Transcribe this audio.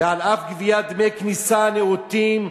ועל אף גביית דמי כניסה נאותים